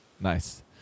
Nice